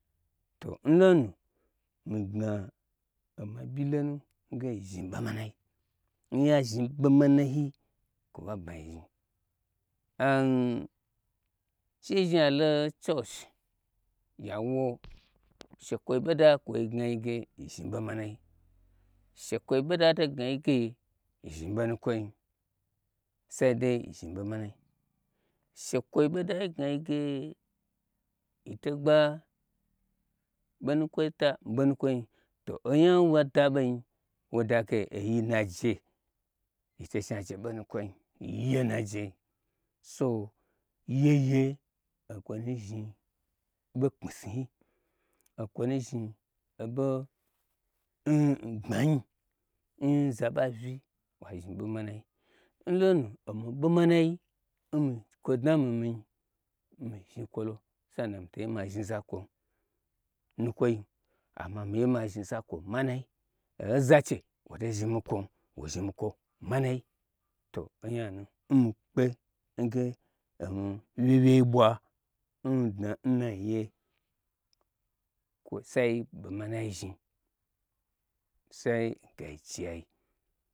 To n lonu mi gnaoma byi nlonu n ge yi zhni ɓo manai nya zhni ɓomanai kwo ɓa bmai zhni am n sheyi zhni ya lo church yawo shekwoyi boda kwoi gnaige yi zhni ɓo manai, she kwoyi ɓoda to gnai ge yi zhni bo nukwoim sai dai yi zhni bo manai, she kwoyi ɓoda gnaige yito gba ɓonukwoi ta n bo nukwoi to onya nwoda ɓenyi wodage yiye najei yito zhni aje ɓonu kwoim yiye najei so yeye okwonu zhni ɓo kpmi snui, okwo nu zhni n gbmanyi n zaɓa vyi wa zhni ɓo manai nlonu omi ɓo manai n min kwo dna n mi minyi, mi zhni kwolo sa'a nan mita ye ma zhni za kwo n nukwoim amma miye ma zhni za kwo manai ozoche woto zhni mi kwo wo zhni mi kwo manai to onya nu n mi kpe nge omi wyei wyei bwa n dna n na nyi ye kwo sai ɓo manai zhni sai gaici yai.